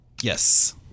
Yes